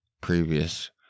previous